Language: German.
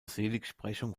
seligsprechung